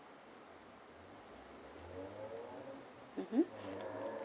mmhmm